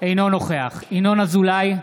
אינו נוכח ינון אזולאי,